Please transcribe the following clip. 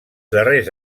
darrers